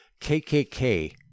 KKK